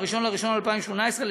ב-1 בינואר 2018,